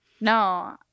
No